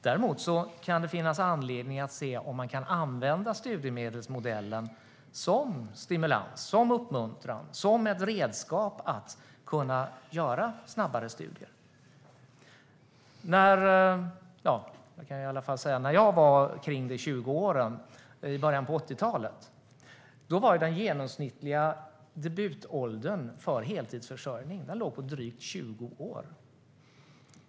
Dock kan det finnas anledning att se om man kan använda studiemedelsmodellen som stimulans, som uppmuntran och som ett redskap för att kunna genomföra studier snabbare. När jag var i 20-årsåldern i början av 80-talet var den genomsnittliga debutåldern för heltidsförsörjning drygt 20 år.